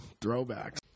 Throwbacks